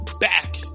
back